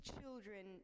children